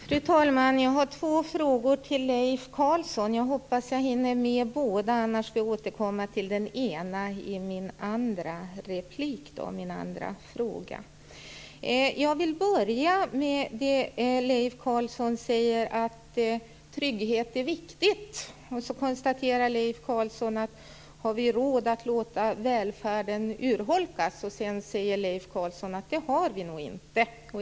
Fru talman! Jag har två frågor till Leif Carlson. Jag hoppas att jag hinner med båda - annars får jag återkomma till den andra frågan i min andra replik. Jag vill börja med det som Leif Carlson säger om att trygghet är viktigt. Han konstaterar: Har vi råd att låta välfärden urholkas? Sedan säger han att det har vi nog inte.